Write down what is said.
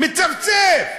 מצפצף.